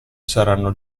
saranno